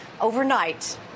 overnight